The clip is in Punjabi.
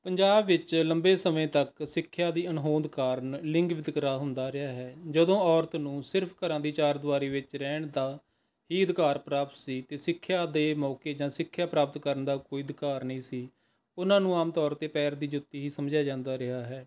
ਪੰਜਾਬ ਵਿੱਚ ਲੰਬੇ ਸਮੇਂ ਤੱਕ ਸਿੱਖਿਆ ਦੀ ਅਣਹੋਂਦ ਕਾਰਨ ਲਿੰਗ ਵਿਤਕਰਾ ਹੁੰਦਾ ਰਿਹਾ ਹੈ ਜਦੋਂ ਔਰਤ ਨੂੰ ਸਿਰਫ ਘਰਾਂ ਦੀ ਚਾਰ ਦੀਵਾਰੀ ਵਿੱਚ ਰਹਿਣ ਦਾ ਹੀ ਅਧਿਕਾਰ ਪ੍ਰਾਪਤ ਸੀ ਅਤੇ ਸਿੱਖਿਆ ਦੇ ਮੌਕੇ ਜਾਂ ਸਿੱਖਿਆ ਪ੍ਰਾਪਤ ਕਰਨ ਦਾ ਕੋਈ ਅਧਿਕਾਰ ਨਹੀਂ ਸੀ ਉਹਨਾਂ ਨੂੰ ਆਮ ਤੌਰ 'ਤੇ ਪੈਰ ਦੀ ਜੁੱਤੀ ਹੀ ਸਮਝਿਆ ਜਾਂਦਾ ਰਿਹਾ ਹੈ